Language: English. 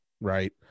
right